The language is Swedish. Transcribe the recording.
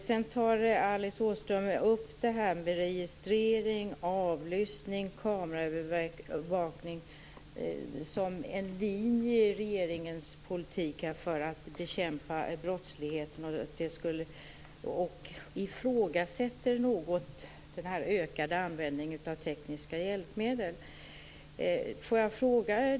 Sedan tar Alice Åström upp registrering, avlyssning och kameraövervakning som en linje i regeringens politik för att bekämpa brottsligheten, och hon ifrågasätter något den ökade användningen av tekniska hjälpmedel.